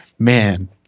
Man